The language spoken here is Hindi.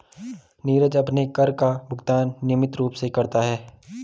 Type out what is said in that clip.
नीरज अपने कर का भुगतान नियमित रूप से करता है